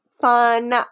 fun